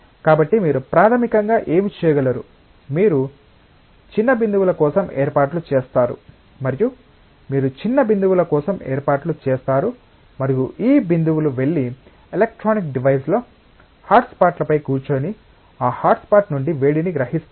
కాబట్టి మీరు ప్రాథమికంగా ఏమి చేయగలరు మీరు చిన్న బిందువుల కోసం ఏర్పాట్లు చేస్తారు మరియు మీరు చిన్న బిందువుల కోసం ఏర్పాట్లు చేస్తారు మరియు ఈ బిందువులు వెళ్లి ఎలక్ట్రానిక్ డివైస్ లో హాట్స్పాట్లపై కూర్చుని ఆ హాట్స్పాట్ నుండి వేడిని గ్రహిస్తాయి